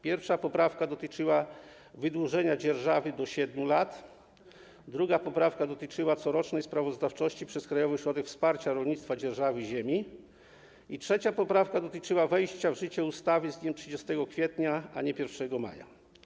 Pierwsza poprawka dotyczyła wydłużenia dzierżawy do 7 lat, druga poprawka dotyczyła corocznej sprawozdawczości przez Krajowy Ośrodek Wsparcia Rolnictwa, jeśli chodzi o dzierżawę ziemi, i trzecia poprawka dotyczyła wejścia w życie ustawy z dniem 30 kwietnia, a nie 1 maja.